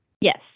Yes